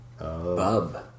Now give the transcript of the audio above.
Bub